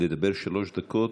לדבר שלוש דקות.